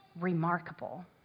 remarkable